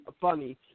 funny